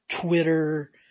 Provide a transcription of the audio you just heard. Twitter